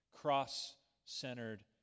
cross-centered